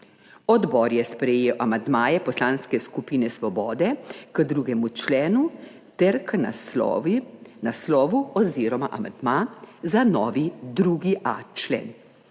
Odbor je sprejel amandmaje Poslanske skupine Svoboda k 2. členu ter k naslovu oziroma amandma za novi 2.a člen.